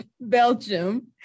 Belgium